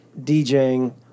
DJing